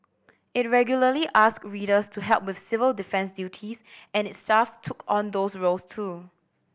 it regularly asked readers to help with civil defence duties and its staff took on those roles too